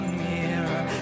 mirror